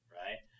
right